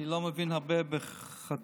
אני לא מבין הרבה בחתולים,